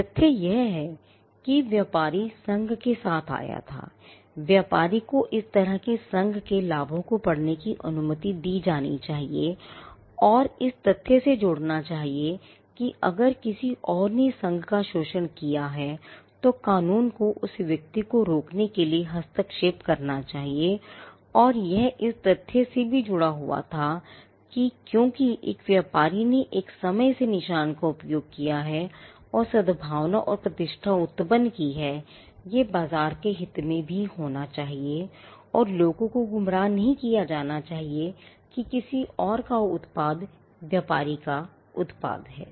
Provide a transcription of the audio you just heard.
तथ्य यह है कि व्यापारी संघ के साथ आया था व्यापारी को इस तरह के संघ के लाभों को पढ़ने की अनुमति दी जानी चाहिए और इस तथ्य को जोड़ना चाहिए कि अगर किसी और ने संघ का शोषण किया है तो कानून को उस व्यक्ति को रोकने के लिए हस्तक्षेप करना चाहिए और यह इस तथ्य से भी जुड़ा हुआ था कि क्योंकि एक व्यापारी ने एक समय से निशान का उपयोग किया है और सद्भावना और प्रतिष्ठा उत्पन्न की है यह बाजार के हित में भी होना चाहिए और लोगों को गुमराह नहीं किया जाना चाहिए कि किसी और का उत्पाद व्यापारी का उत्पाद है